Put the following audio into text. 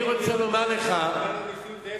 חבר הכנסת נסים זאב,